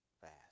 fast